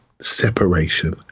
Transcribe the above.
separation